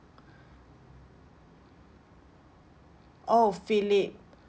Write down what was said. oh phillip